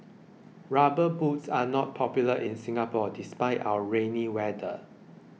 rubber boots are not popular in Singapore despite our rainy weather